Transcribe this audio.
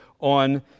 on